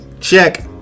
check